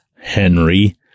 Henry